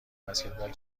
بسکتبال